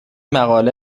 مقاله